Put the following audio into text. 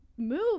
Move